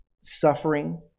suffering